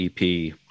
EP